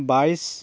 বাইছ